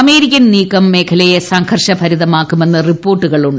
American നീക്കം മേഖലയെ സംഘർഷഭരിതമാക്കുമെന്ന് റിപ്പോർട്ടുകളുണ്ട്